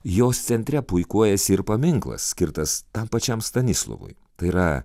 jos centre puikuojasi ir paminklas skirtas tam pačiam stanislovui tai yra